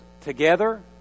together